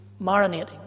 marinating